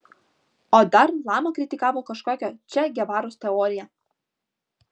o dar lama kritikavo kažkokio če gevaros teoriją